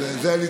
זה נכון.